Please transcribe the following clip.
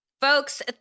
Folks